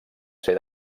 ser